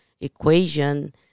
equation